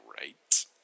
right